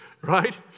right